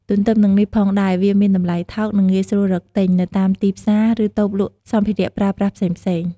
ទន្ទឹមនឹងនេះផងដែរ វាមានតម្លៃថោក និងងាយស្រួលរកទិញ នៅតាមទីផ្សារ ឬតូបលក់សម្ភារៈប្រើប្រាស់ផ្សេងៗ។